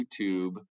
YouTube